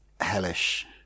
hellish